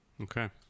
Okay